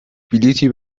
بلیطی